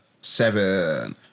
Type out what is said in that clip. Seven